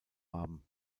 haben